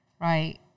Right